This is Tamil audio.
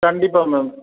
கண்டிப்பாக மேம்